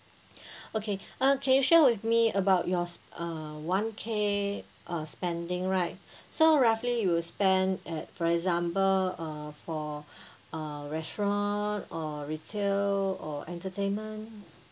okay uh can you share with me about your s~ uh one K uh spending right so roughly you spend at for example uh for uh restaurant or retail or entertainment